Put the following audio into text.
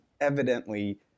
evidently